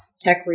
tech